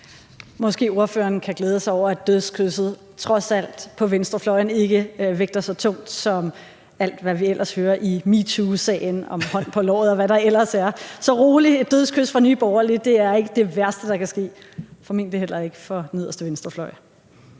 Måske kan ordføreren glæde sig over, at dødskysset trods alt på venstrefløjen ikke vægter så tungt som, alt hvad vi ellers hører i MeToo-sagen om hånd på låret, og hvad der ellers er. Så rolig: Et dødskys fra Nye Borgerlige er ikke det værste, der kan ske, formentlig heller ikke for den yderste venstrefløj.